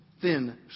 thin